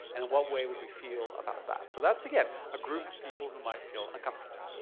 and what way would we feel about that? so that's again a group of people who might feel uncomfortable.